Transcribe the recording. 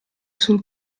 sul